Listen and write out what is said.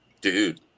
dude